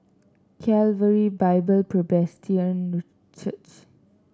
Calvary Bible Presbyterian Church